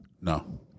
No